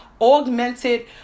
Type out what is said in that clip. augmented